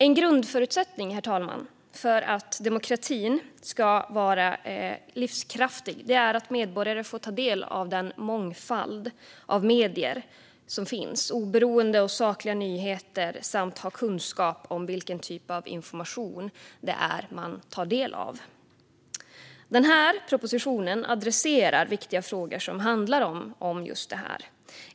En grundförutsättning för att demokratin ska vara livskraftig är att medborgare får ta del av den mångfald av medier som finns och av oberoende och sakliga nyheter och att de får kunskap om vilken typ av information det är de tar del av. Propositionen riktar in sig på viktiga frågor som handlar om just det här.